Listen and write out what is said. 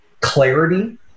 clarity